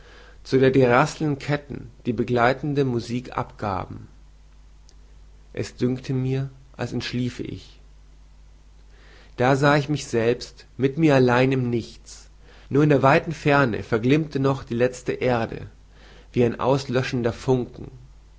zu der die rasselnden ketten die begleitende musik abgaben es dünkte mich als entschliefe ich da sah ich mich selbst mit mir allein im nichts nur in der weiten ferne verglimmte noch die letzte erde wie ein auslöschender funken